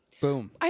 Boom